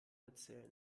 erzählen